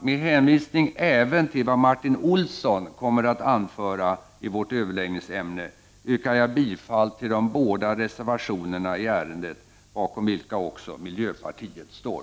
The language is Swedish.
Med hänvisning även till vad Martin Olsson kommer att anföra i vårt överläggningsämne yrkar jag bifall till de båda reservationerna i ärendet, bakom vilka också miljöpartiet står.